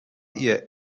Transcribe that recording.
ihr